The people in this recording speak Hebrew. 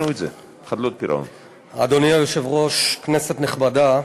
אדוני היושב-ראש, כנסת נכבדה,